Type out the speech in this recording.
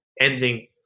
ending